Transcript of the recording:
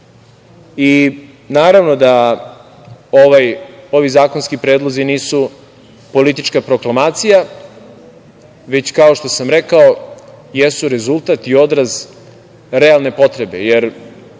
da ovi zakonski predlozi nisu politička proklamacija, već kao što sam rekao, jesu rezultat i odraz realne potrebe, jer,